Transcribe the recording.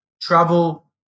travel